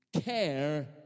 care